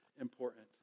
important